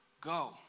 Go